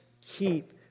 keep